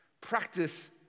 Practice